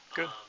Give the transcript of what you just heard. good